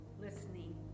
Listening